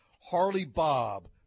Harley-Bob